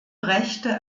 rechte